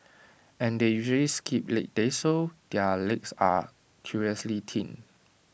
and they usually skip leg days so their legs are curiously thin